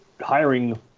hiring